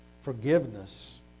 forgiveness